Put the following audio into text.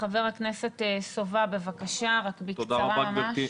חבר הכנסת סובה, בבקשה, רק בקצרה ממש.